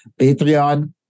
Patreon